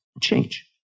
change